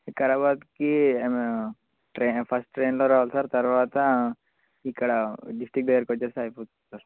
వికారాబాద్కి try first ట్రైన్లో రావాలి sir తర్వాత ఇక్కడ డిస్ట్రిక్ట్ దగ్గరికి వస్తే సరిపోతుంది సార్